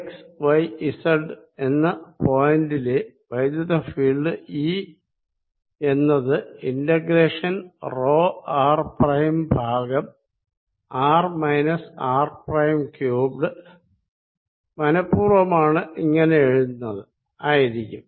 x y z എന്ന point ലെ electric field E എന്നത് ഇന്റഗ്രേഷൻ റോ ആർ പ്രൈം ഭാഗം ആർ മൈനസ്ആർ പ്രൈം ക്യൂബ്ഡ് മനഃപൂർവമാണ് ഇങ്ങനെ എഴുതുന്നത് ആയിരിക്കും